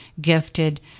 gifted